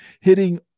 hitting